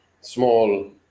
small